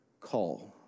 call